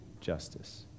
justice